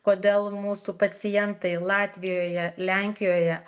kodėl mūsų pacientai latvijoje lenkijoje